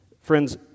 Friends